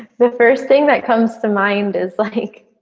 the first thing that comes to mind is like